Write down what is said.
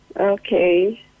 Okay